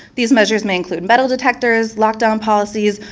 these measures may include metal detectors, lockdown policies,